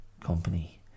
company